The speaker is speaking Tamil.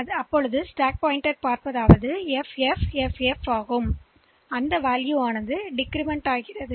எனவே ஸ்டாக் சுட்டிக்காட்டி FFFF ஹெக்ஸ் ஆகும்